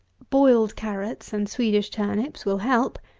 boiled carrots and swedish turnips will help,